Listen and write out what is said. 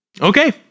Okay